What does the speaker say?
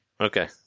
Okay